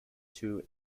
two